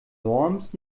worms